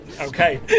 Okay